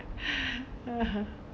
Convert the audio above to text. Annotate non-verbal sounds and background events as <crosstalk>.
<laughs>